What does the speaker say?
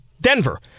Denver